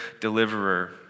deliverer